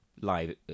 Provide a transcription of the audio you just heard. live